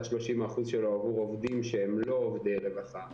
30% שלו עבור עובדים שהם לא עובדי רווחה,